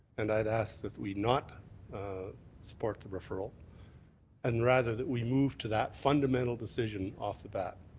and i'd ask that we not support the referral and rather that we move to that fundamental decision off the bat.